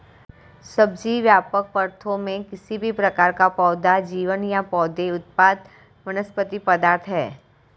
सब्जी, व्यापक अर्थों में, किसी भी प्रकार का पौधा जीवन या पौधे उत्पाद वनस्पति पदार्थ है